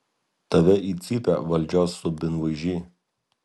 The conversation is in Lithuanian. tave į cypę valdžios subinlaižy